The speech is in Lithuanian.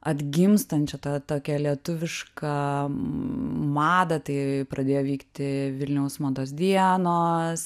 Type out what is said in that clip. atgimstančią tą tokią lietuvišką madą tai pradėjo vykti vilniaus mados dienos